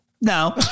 no